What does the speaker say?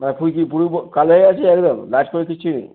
তারপরে কি পুরো বন্দ কালো হয়ে গেছে একদম কিচ্ছুই নেই